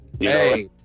Hey